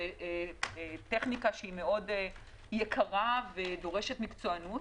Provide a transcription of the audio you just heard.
זו טכניקה מאוד יקרה שדורשת מקצוענות